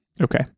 Okay